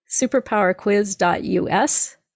superpowerquiz.us